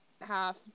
half